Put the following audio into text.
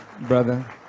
brother